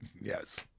Yes